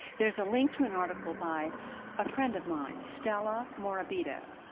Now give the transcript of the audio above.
there is a link to an article by a friend of mine, stela morbido,